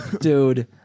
Dude